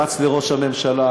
רץ לראש הממשלה.